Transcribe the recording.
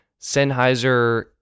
Sennheiser